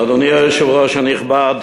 יאיר לפיד בא משורשים של גאונים,